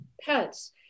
pets